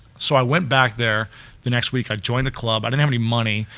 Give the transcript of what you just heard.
so i went back there the next week, i joined the club, i didn't have any money,